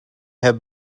have